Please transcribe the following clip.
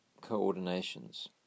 coordinations